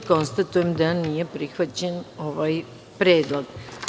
Konstatujem da nije prihvaćen predlog.